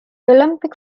olympic